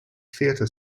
theatre